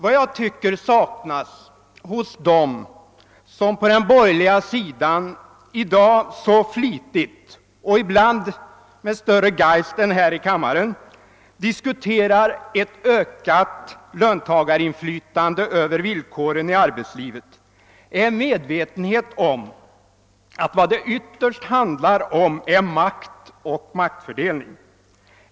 Vad jag tycker saknas hos dem på den borgerliga sidan som i dag så flitigt och ibland med större geist än här i kammaren diskuterar ett ökat löntagarinflytande över villkoren i arbetslivet är medvetenheten om att vad det ytterst handlar om är makt och maktfördelning.